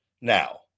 now